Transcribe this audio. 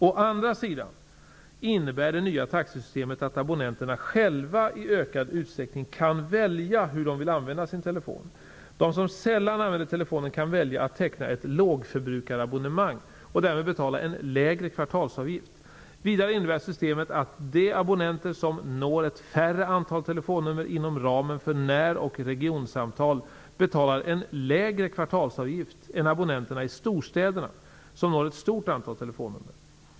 Å andra sidan innebär det nya taxesystemet att abonnenterna själva i ökad utsträckning kan välja hur de vill använda sin telefon. De som sällan använder telefonen kan välja att teckna ett lågförbrukarabonnemang och därmed betala en lägre kvartalsavgift. Vidare innebär systemet att de abonnenter som når ett färre antal telefonnummer inom ramen för när och regionsamtal betalar en lägre kvartalsavgift än abonnenterna i storstäderna, som når ett stort antal telefonnummer.